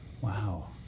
Wow